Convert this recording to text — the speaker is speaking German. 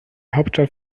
hauptstadt